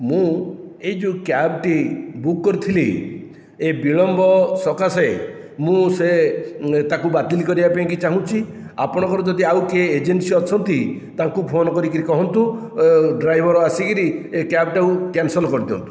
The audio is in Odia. ମୁଁ ଏହି ଯେଉଁ କ୍ୟାବ୍ଟି ବୁକ୍ କରିଥିଲି ଏ ବିଳମ୍ବ ସକାସେ ମୁଁ ସେ ତାକୁ ବାତିଲ୍ କରିବା ପାଇଁକି ଚାହୁଁଛି ଆପଣଙ୍କର ଯଦି ଆଉ କିଏ ଏଜେନ୍ସି ଅଛନ୍ତି ତାଙ୍କୁ ଫୋନ୍ କରିକି କହନ୍ତୁ ଡ୍ରାଇଭର ଆସିକିରି ଏ କ୍ୟାବ୍ଟାକୁ କ୍ୟାନ୍ସଲ କରିଦିଅନ୍ତୁ